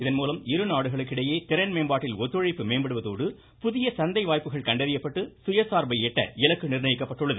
இதன் மூலம் இருநாடுகளுக்கிடையே திறன் மேம்பாட்டில் ஒத்துழைப்பு மேம்படுவதோடு புதிய சந்தை வாய்ப்புகள் கண்டறியப்பட்டு சுயசார்பை எட்ட இலக்கு நிர்ணயிக்கப்பட்டுள்ளது